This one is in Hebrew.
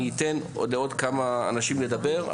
אני אתן לעוד כמה אנשים לדבר,